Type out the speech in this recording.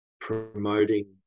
promoting